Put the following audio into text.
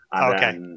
Okay